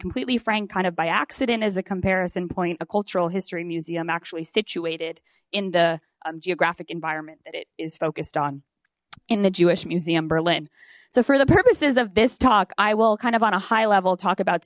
completely frank kind of by accident as a comparison point a cultural history museum actually situated in the geographic environment that it is focused on in the jewish museum berlin so for the purposes of this talk i will kind of on a high level talk about